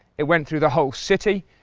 it went through the whole city.